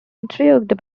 intrigued